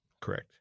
correct